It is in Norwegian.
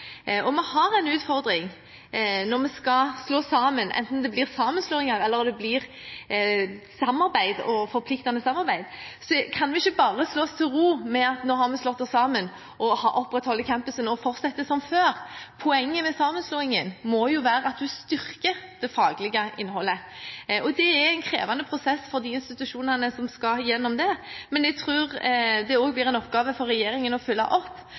med. Vi har en utfordring når vi skal slå sammen. Enten det blir sammenslåinger, eller det blir forpliktende samarbeid, kan vi ikke bare slå oss til ro med at nå har vi slått oss sammen, vi har opprettholdt campusen og fortsetter som før. Poenget med sammenslåingen må være at man styrker det faglige innholdet. Det er en krevende prosess for de institusjonene som skal igjennom dette. Jeg tror det også blir en oppgave for regjeringen å følge opp